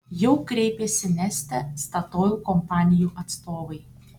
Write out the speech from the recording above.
jau kreipėsi neste statoil kompanijų atstovai